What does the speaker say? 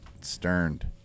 sterned